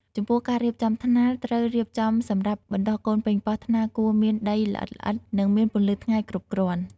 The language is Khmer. ចំពោះការរៀបចំថ្នាល ត្រូវរៀបចំសម្រាប់បណ្ដុះកូនប៉េងប៉ោះ ថ្នាលគួរមានដីល្អិតៗ និងមានពន្លឺថ្ងៃគ្រប់គ្រាន់។